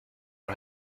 are